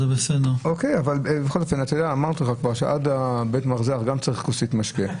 כבר אמרתי לך שעד בית המרזח, גם צריך כוסית משקה.